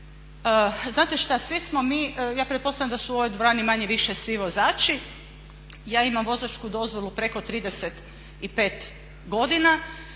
znate šta svi smo mi, ja pretpostavljam da su u ovoj dvorani manje-više svi vozači, ja imam vozačku dozvolu preko 35 godina.